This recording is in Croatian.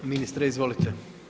Ministre izvolite.